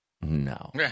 No